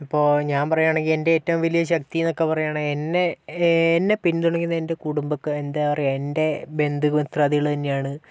ഇപ്പൊൾ ഞാൻ പറയുകാണെങ്കിൽ എൻ്റെ ഏറ്റവും വലിയ ശക്തിന്ന് ഒക്കെ പറയുവാണെങ്കിൽ എന്നെ എന്നെ പിന്തുണക്കുന്ന എൻ്റെ കുടുംബക്കാരാണ് അതായത് എന്താ പറയുക എൻ്റെ ബന്ധുമിത്രാദികൾ തന്നെയാണ്